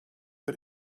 but